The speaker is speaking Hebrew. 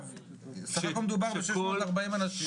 עכשיו בסך הכול מדובר ב-640 אנשים.